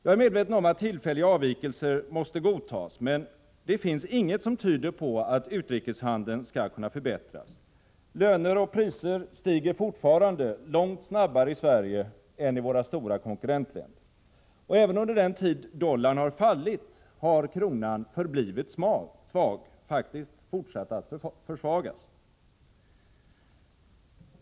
Jag är medveten om att tillfälliga avvikelser måste godtas, men det finns inget som tyder på att utrikeshandeln skulle kunna förbättras. Löner och priser stiger fortfarande långt snabbare i Sverige än i våra stora konkurrentländer. Och även under den tid då dollarn har fallit har kronan förblivit svag och faktiskt fortsatt att försvagas.